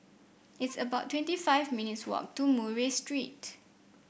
it's about twenty five minutes' walk to Murray Street